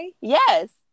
yes